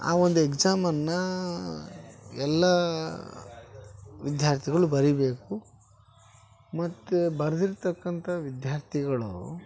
ಆ ಒಂದು ಎಕ್ಸಾಮನ್ನು ಎಲ್ಲ ವಿದ್ಯಾರ್ಥಿಗಳು ಬರೀಬೇಕು ಮತ್ತು ಬರ್ದಿರ್ತಕ್ಕಂಥ ವಿದ್ಯಾರ್ಥಿಗಳು